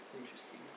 Interesting